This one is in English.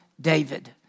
David